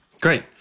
great